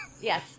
Yes